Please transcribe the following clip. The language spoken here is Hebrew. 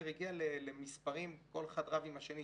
הגיעה למספרים כל אחד רב עם השני,